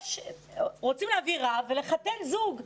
רוצים להביא רב ולחתן זוג,